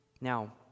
Now